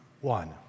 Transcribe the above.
one